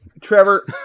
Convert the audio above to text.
Trevor